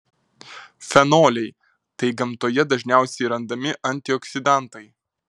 fenoliai tai gamtoje dažniausiai randami antioksidantai